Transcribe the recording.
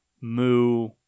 Moo